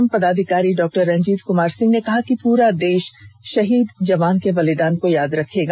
कार्यक्रम पदाधिकारी डॉ रंजीत कुमार सिंह ने कहा कि प्ररा देश शहीद जवान के बलिदान को याद रखेगा